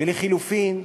ולחלופין,